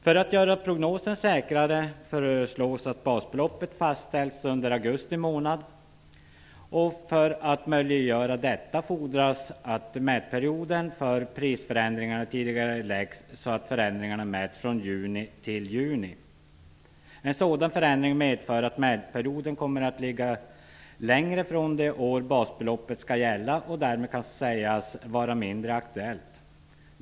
För att göra prognoserna säkrare föreslås att basbeloppet fastställs under augusti månad, och för att möjliggöra detta fordras att mätperioden för prisförändringar tidigareläggs, så att förändringarna mäts från juni till juni. En sådan förändring medför att mätperioden kommer att ligga längre från det år basbeloppet skall gälla, och mätningen kan därmed sägas vara mindre aktuell.